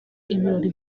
ibirori